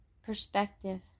Perspective